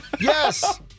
Yes